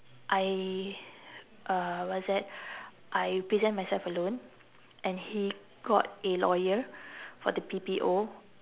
I uh what's that I present myself alone and he got a lawyer for the P_P_O